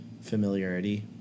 familiarity